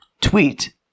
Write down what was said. Tweet